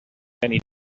many